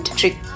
trick